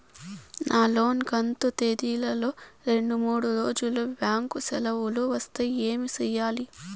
నా లోను కంతు తేదీల లో రెండు మూడు రోజులు బ్యాంకు సెలవులు వస్తే ఏమి సెయ్యాలి?